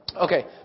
Okay